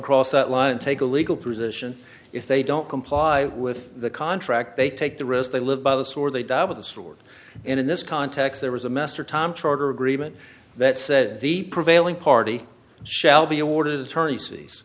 across that line and take a legal position if they don't comply with the contract they take the risk they live by the sword they die with the sword and in this context there was a master tom shroder agreement that said the prevailing party shall be awarded attorney